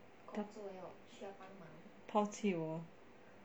抛弃我